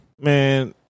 Man